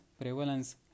prevalence